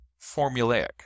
formulaic